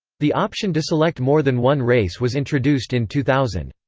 the option to select more than one race was introduced in two thousand.